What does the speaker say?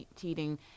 cheating